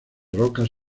rocas